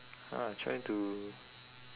ah trying to